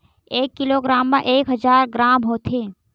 एक किलोग्राम मा एक हजार ग्राम होथे